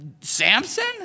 Samson